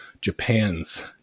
Japan's